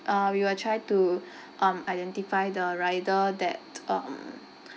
uh we will try to um identify the rider that um